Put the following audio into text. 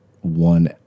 one